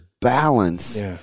balance